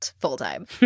full-time